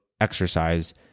exercise